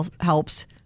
helps